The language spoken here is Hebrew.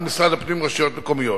על משרד הפנים ורשויות מקומיות.